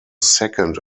second